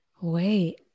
wait